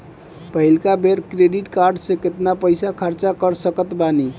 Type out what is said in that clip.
पहिलका बेर credit card से केतना पईसा खर्चा कर सकत बानी?